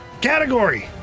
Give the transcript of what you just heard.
Category